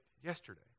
yesterday